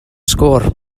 sgôr